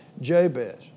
Jabez